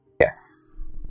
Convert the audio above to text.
Yes